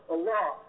Allah